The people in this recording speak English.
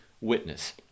witness